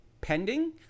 pending